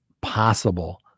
possible